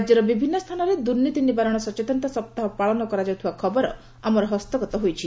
ରାଜ୍ୟର ବିଭିନ୍ନ ସ୍ସାନରେ ଦୁର୍ନୀତି ନିବାରଣ ସଚେତନତା ସପ୍ତାହ ପାଳନ କରାଯାଉଥିବା ଖବର ଆମର ହସ୍ତଗତ ହୋଇଛି